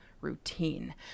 routine